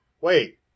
Wait